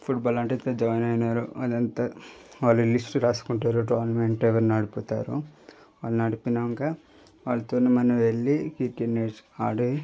football అంటే join అయినారు అది అంతే వాళ్ళు లిస్ట్ రాసుకుంటారు టోర్నమెంట్ అవి నడుపుతారు అవి నడిపినాక వాళ్ళతో మనం వెళ్ళి క్రికెట్ నేర్చుకుని ఆడి